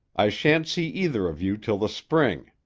i shan't see either of you till the spring.